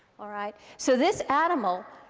all right, so this animal,